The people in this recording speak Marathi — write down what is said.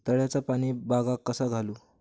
तळ्याचा पाणी बागाक कसा घालू?